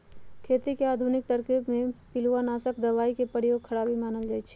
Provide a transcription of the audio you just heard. खेती के आधुनिक तरकिब में पिलुआनाशक दबाई के प्रयोग खराबी मानल गेलइ ह